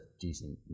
decent